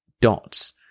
dots